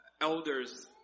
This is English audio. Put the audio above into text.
elders